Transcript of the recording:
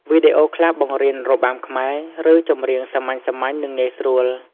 វីដេអូខ្លះបង្រៀនរបាំខ្មែរ ឬចម្រៀងសាមញ្ញៗ និង ងាយស្រួល។